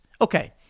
Okay